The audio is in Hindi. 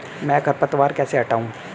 मैं खरपतवार कैसे हटाऊं?